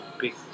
big